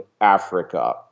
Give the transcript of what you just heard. Africa